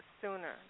sooner